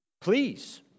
Please